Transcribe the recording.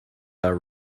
are